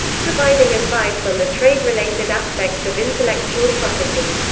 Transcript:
providing advice on the trade-related aspects of intellectual property.